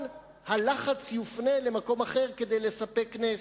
אבל הלחץ יופנה למקום אחר כדי לספק נס.